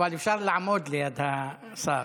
אבל אפשר לעמוד ליד השר.